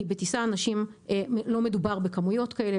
כי בטיסה לא מדובר בכמויות כאלו,